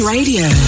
Radio